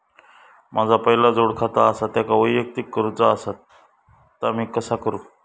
माझा पहिला जोडखाता आसा त्याका वैयक्तिक करूचा असा ता मी कसा करू?